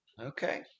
Okay